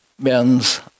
men's